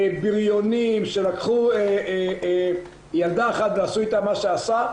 בריונים שלקחו ילדה אחת ועשו איתה מה שעשו.